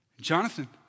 Jonathan